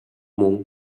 мөн